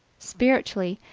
spiritually,